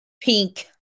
Pink